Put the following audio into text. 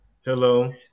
Hello